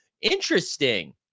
Interesting